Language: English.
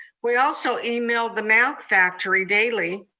we also email the math factory daily.